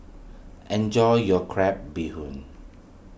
enjoy your Crab Bee Hoon